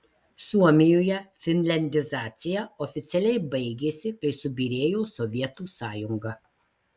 suomijoje finliandizacija oficialiai baigėsi kai subyrėjo sovietų sąjunga